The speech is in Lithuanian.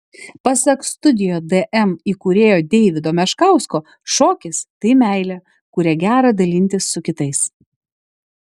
pasak studio dm įkūrėjo deivido meškausko šokis tai meilė kuria gera dalintis su kitais